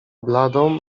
bladą